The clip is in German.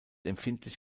empfindlich